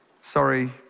Sorry